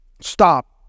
Stop